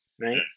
right